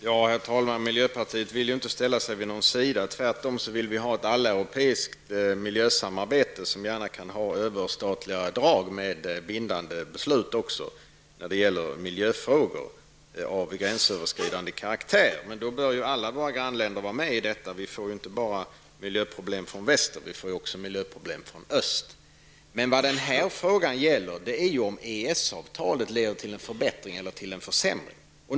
Herr talman! Miljöpartiet vill inte ställa sig vid sidan, tvärtom vill vi ha ett alleuropeiskt miljösamarbete, som gärna kan ha överstatliga drag med bindande beslut också när det gäller miljöfrågor av gränsöverskridande karaktär. Men då bör alla våra grannländer vara med i detta. Vi får inte bara miljöproblem från väst, vi får också miljöproblem från öst. Men det den här frågan gäller är om EES-avtalet leder till en förbättring eller till en försämring.